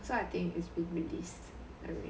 so I think is being released